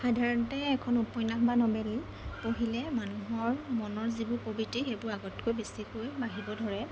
সাধাৰণতে এখন উপন্যাস বা নভেল পঢ়িলে মানুহৰ মনৰ যিবোৰ প্ৰবৃত্তি সেইবোৰ আগতকৈ বেছিকৈ বাঢ়িব ধৰে